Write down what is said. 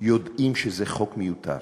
יודעים שזה חוק מיותר.